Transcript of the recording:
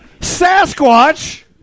Sasquatch